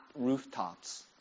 rooftops